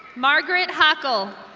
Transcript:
margaret hackle.